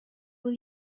will